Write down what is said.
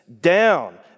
down